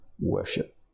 worship